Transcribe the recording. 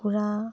কুকুৰা